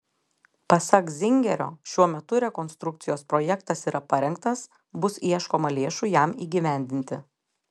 pasak zingerio šiuo metu rekonstrukcijos projektas yra parengtas bus ieškoma lėšų jam įgyvendinti